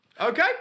Okay